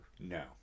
No